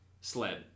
sled